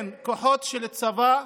כן, כוחות של צבא,